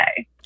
okay